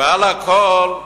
ועל הכול,